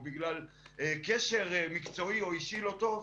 או בגלל קשר מקצועי או אישי לא טוב,